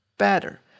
better